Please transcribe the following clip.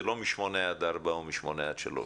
זה לא משמונה עד ארבע או משמונה עד שלוש.